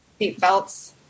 seatbelts